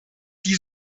die